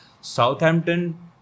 Southampton